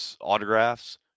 autographs